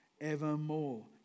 evermore